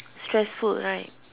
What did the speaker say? stressful right